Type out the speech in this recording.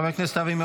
חבר הכנסת כסיף,